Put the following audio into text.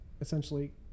essentially